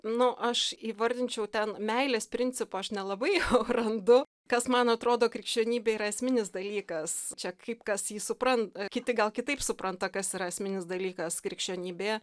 nu aš įvardinčiau ten meilės principo aš nelabai jau randu kas man atrodo krikščionybėj yra esminis dalykas čia kaip kas jį supranta kiti gal kitaip supranta kas yra esminis dalykas krikščionybėje